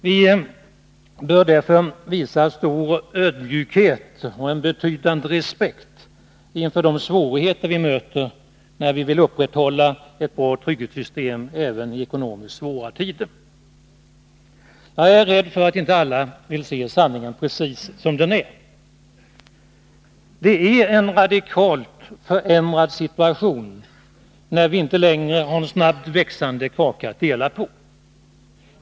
Vi bör därför visa stor ödmjukhet och en betydande respekt inför de svårigheter vi möter när vi vill upprätthålla ett bra trygghetssystem även i ekonomiskt svåra tider. Jag är rädd för att inte alla vill se sanningen precis som den är. Det är en radikalt förändrad situation, när vi inte längre har en snabbt växande kaka att dela på.